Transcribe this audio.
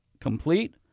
complete